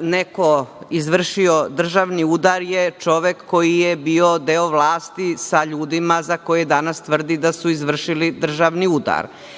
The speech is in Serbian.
neko izvršio državni udar jer čovek koji je bio deo vlasti sa ljudima za koje danas tvrdi da su izvršili državni udar.